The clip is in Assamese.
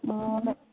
অ